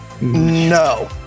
No